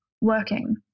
working